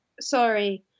Sorry